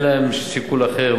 אין להם שיקול אחר,